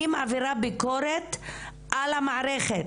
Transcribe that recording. אני מעבירה ביקורת על המערכת,